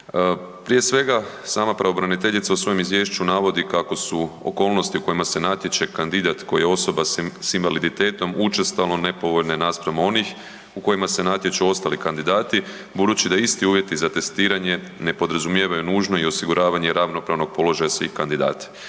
Prije svega, sama pravobraniteljica u svom izvješću navodi kako su okolnosti u kojima se natječe kandidat koji je osoba s invaliditetom, učestalo nepovoljne naspram onih u kojima se natječu ostali kandidati. Budući da je isti uvjeti za testiranje ne podrazumijevaju nužno i osiguravanje ravnopravnog položaja svih kandidata.